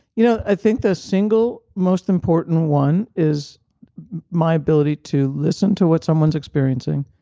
you know i think the single most important one is my ability to listen to what someone is experiencing,